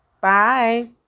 Bye